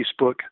Facebook